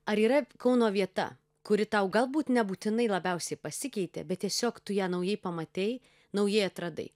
ar yra kauno vieta kuri tau galbūt nebūtinai labiausiai pasikeitė bet tiesiog tu ją naujai pamatei naujai atradai